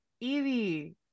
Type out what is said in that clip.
Evie